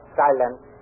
silence